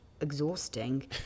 exhausting